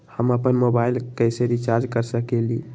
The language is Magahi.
हम अपन मोबाइल कैसे रिचार्ज कर सकेली?